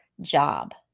job